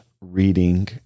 reading